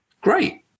great